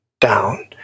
down